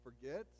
forget